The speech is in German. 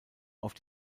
auf